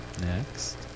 Next